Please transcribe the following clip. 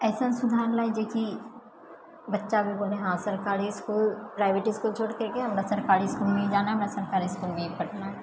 आओर ऐसन सुधार लाए जेकि बच्चा भी बोले हँ सरकारी स्कूल प्राइवेट स्कूल छोड़िके हमरा सरकारी इसकुलमे जाना है सरकारी इसकुलमे ही पढ़ना है